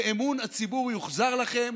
ואמון הציבור יוחזר לכם,